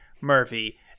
Murphy